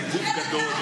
זה גוף גדול,